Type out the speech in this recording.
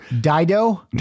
Dido